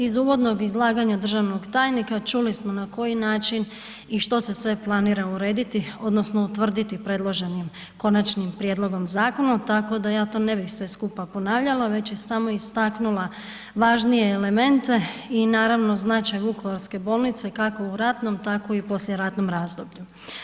Iz uvodnog izlaganja državnog tajnika, čuli smo na koji način i što se sve planira urediti odnosno utvrditi predloženim konačnim prijedlogom zakona tako da ja to ne bih sve skupa ponavljala, već samo istaknula važnije elemente i naravno značaj vukovarske bolnice, kako u ratnom, tako i u poslijeratnom razdoblju.